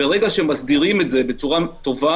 ברגע שמסדירים את זה בצורה טובה